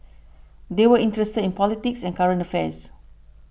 they were interested in politics and current affairs